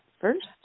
first